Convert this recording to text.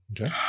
okay